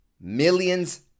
Millions